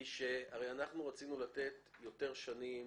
היא שהרי אנחנו רצינו לתת יותר שנים